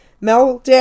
Mel